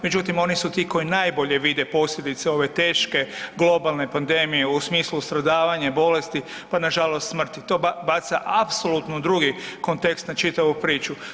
Međutim, oni su ti koji najbolje vide posljedice ove teške, globalne pandemije u smislu stradavanja, bolesti pa na žalost smrti, to baca apsolutni drugi kontekst na čitavu priču.